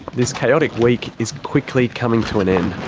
this chaotic week is quickly coming to an end.